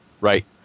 Right